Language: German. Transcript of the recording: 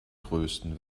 größten